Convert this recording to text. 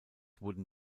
wurden